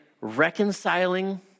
reconciling